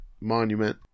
monument